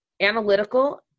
analytical